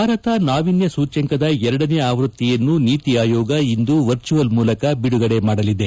ಭಾರತ ನಾವೀನ್ಯ ಸೂಚ್ಯಂಕದ ಎರಡನೇ ಆವೃತ್ತಿಯನ್ನು ನೀತಿ ಆಯೋಗ ಇಂದು ವರ್ಚುವಲ್ ಮೂಲಕ ಬಿಡುಗಡೆ ಮಾಡಲಿದೆ